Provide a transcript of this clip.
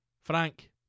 Frank